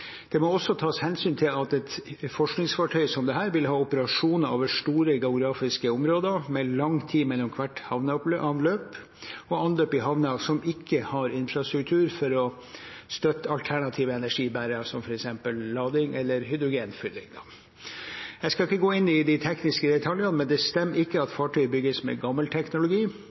Det må også tas hensyn til at et forskningsfartøy som dette vil ha operasjoner over store geografiske områder, med lang tid mellom hvert havneanløp og anløp i havner som ikke har infrastruktur for å støtte alternative energibærere som f.eks. lading eller hydrogenfyllinger. Jeg skal ikke gå inn i de tekniske detaljene, men det stemmer ikke at fartøyet bygges med gammel teknologi.